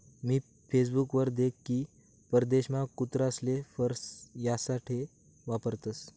मी Facebook वर देख की परदेशमा कुत्रासले फर यासाठे वापरतसं